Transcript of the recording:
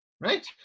Right